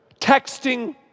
texting